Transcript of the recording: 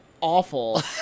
Awful